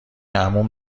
عموم